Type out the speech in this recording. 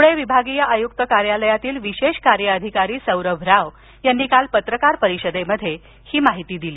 प्णे विभागीय आयुक्त कार्यालयातील विशेष कार्य अधिकारी सौरभ राव यांनी काल पत्रकार परिषदेत ही माहिती दिली